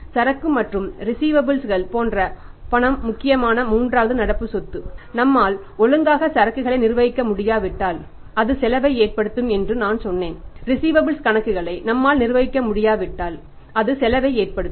சரக்கு மற்றும் ரிஸீவபல்ஸ் கணக்குகளை நம்மால் நிர்வகிக்க முடியாவிட்டால் அது செலவை ஏற்படுத்தும்